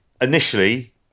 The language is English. initially